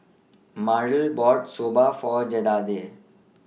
Myrle bought Soba For Jedediah